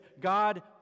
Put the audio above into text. God